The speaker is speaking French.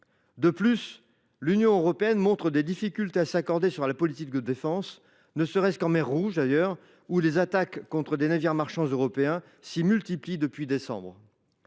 De plus, l’Union européenne montre des difficultés à s’accorder sur sa politique de défense, ne serait ce qu’en mer Rouge, où les attaques contre des navires marchands européens se multiplient depuis décembre.